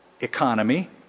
economy